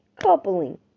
Coupling